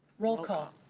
roll call.